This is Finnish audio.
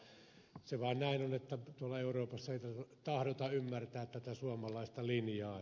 näin se vaan on että tuolla euroopassa ei tahdota ymmärtää tätä suomalaista linjaa